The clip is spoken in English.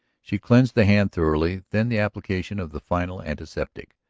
she cleansed the hand thoroughly. then the application of the final antiseptic,